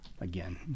Again